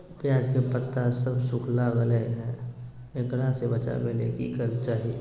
प्याज के पत्ता सब सुखना गेलै हैं, एकरा से बचाबे ले की करेके चाही?